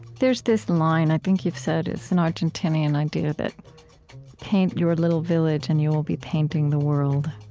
there's this line, i think, you've said is an argentinian idea that paint your little village, and you will be painting the world.